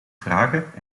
vragen